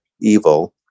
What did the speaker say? evil